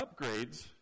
upgrades